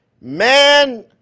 man